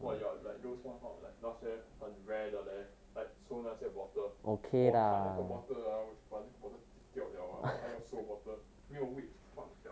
!wah! you're like those what kind of 那些很 rare 的 leh like 收那些 bottle 我看那个 bottle ah 我就把那个 bottle 丢掉 liao ah 还要收 bottle 没有位子放 sia